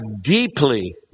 deeply